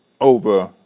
over